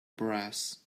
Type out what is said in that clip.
brass